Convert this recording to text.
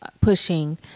pushing